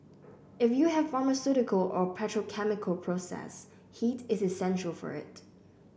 if you have pharmaceutical or petrochemical process heat is essential for it